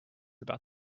about